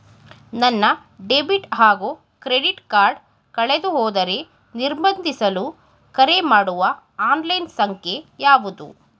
ನನ್ನ ಡೆಬಿಟ್ ಹಾಗೂ credit card ಕಳೆದುಹೋದರೆ ನಿರ್ಬಂಧಿಸಲು ಕರೆಮಾಡುವ ಆನ್ಲೈನ್ ಸಂಖ್ಯೆಯಾವುದು?